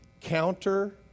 counter